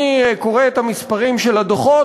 אני קורא את המספרים של הדוחות,